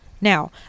Now